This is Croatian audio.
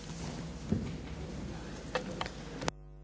Hvala vam